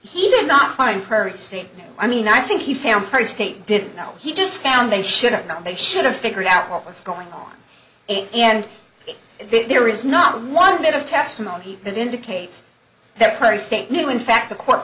he did not find her state i mean i think he found her state didn't know he just found they should not they should have figured out what was going on and there is not one bit of testimony that indicates that prairie state knew in fact the court